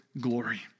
glory